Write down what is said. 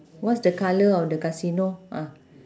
what's the colour of the casino ah